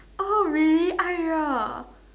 oh really Ai-Re